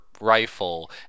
rifle